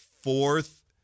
Fourth